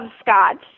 Scott